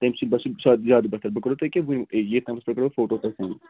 تَمہِ سۭتۍ باسو سۄ زیادٕ بہتر بہٕ کرو تۄہہِ ییٚکیٛاہ وٕنۍ ییٚتھۍ نمبرَس پٮ۪ٹھ کرو فوٹو تۄہہِ سٮ۪نٛڈ